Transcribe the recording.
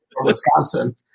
Wisconsin